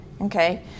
okay